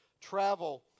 travel